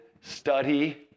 study